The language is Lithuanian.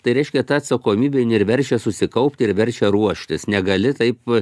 tai reiškia ta atsakomybė in ir verčia susikaupti ir verčia ruoštis negali taip